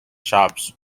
shops